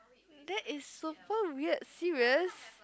that is super weird serious